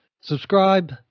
Subscribe